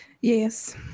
Yes